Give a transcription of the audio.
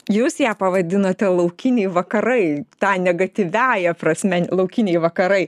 jūs ją pavadinote laukiniai vakarai ta negatyviąja prasme laukiniai vakarai